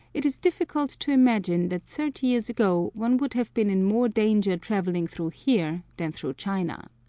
it is difficult to imagine that thirty years ago one would have been in more danger travelling through here than through china.